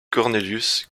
cornelius